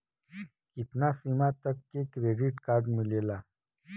कितना सीमा तक के क्रेडिट कार्ड मिलेला?